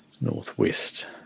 northwest